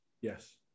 Yes